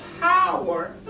power